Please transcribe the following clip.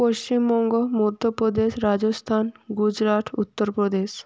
Paschimbanga Madhya Pradesh Rajasthan Gujarat Uttar Pradesh